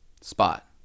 Spot